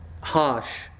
harsh